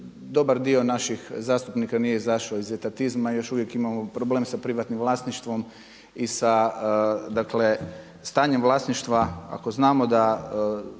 dobar dio naših zastupnika nije izašao iz etatizma, još uvijek imamo problem sa privatnim vlasništvom i sa stanjem vlasništva, ako znamo da